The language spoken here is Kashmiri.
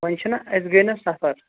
وۅںۍ چھُنا أسۍ گٔے نا سَفَر